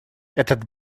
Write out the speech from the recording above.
этот